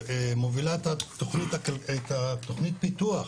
מובילת תכנית הפיתוח